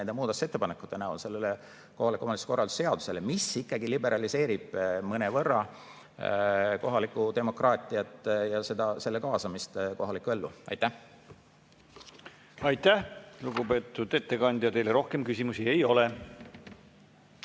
nende muudatusettepanekute näol sellele kohaliku omavalitsuse korralduse seadusele, mis ikkagi liberaliseerib mõnevõrra kohalikku demokraatiat ja selle kaasamist kohalikku ellu. Aitäh, lugupeetud ettekandja! Teile rohkem küsimusi ei ole.